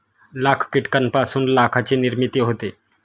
लाख कीटकांपासून लाखाची निर्मिती होते